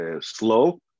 slow